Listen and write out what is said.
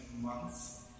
months